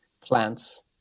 plants